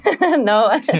No